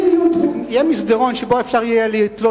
אם יהיה מסדרון שבו אפשר יהיה לתלות